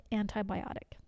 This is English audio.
antibiotic